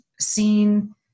seen